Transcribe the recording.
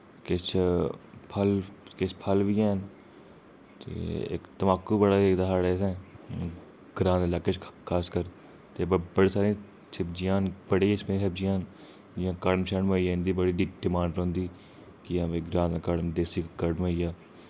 किश फल किश फल बी हैन ते इक तमाकू बड़ा होई गेदा साढ़े इत्थै ग्रां दे इलाकें च खासकर ते बड़ी सारी सब्जियां न बड़े किस्म दी सब्जियां न जि'यां कड़म शड़म होई गेआ इं'दी बड़ी डिमांड रौंह्नदी कि हां भाई ग्रां दा कड़म देसी कड़म होई गेआ